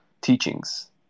teachings